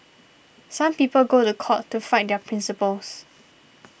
some people go to court to fight their principles